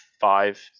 five